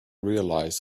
realised